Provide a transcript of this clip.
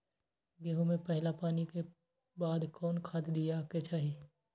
गेंहू में पहिला पानी के बाद कौन खाद दिया के चाही?